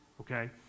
okay